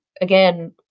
again